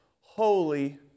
holy